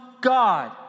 God